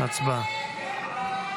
הצבעה.